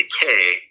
decay